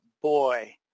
boy